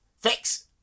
fix